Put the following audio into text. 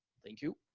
thank you.